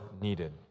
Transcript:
needed